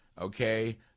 Okay